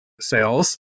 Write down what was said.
sales